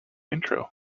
intro